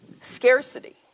scarcity